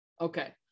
okay